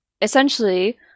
essentially